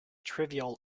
trivial